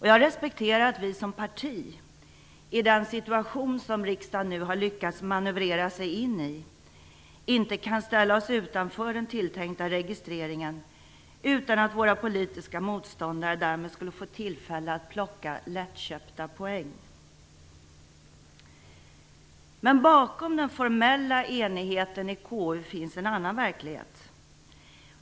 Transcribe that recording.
Jag respekterar att vi som parti, i den situation som riksdagen nu har lyckats manövrera sig in i, inte kan ställa oss utanför den tilltänkta registreringen utan att våra politiska motståndare därmed skulle få tillfälle att plocka lättköpta poäng. Men bakom den formella enigheten i KU finns en annan verklighet.